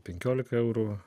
penkiolika eurų